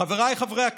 חבריי חברי הכנסת,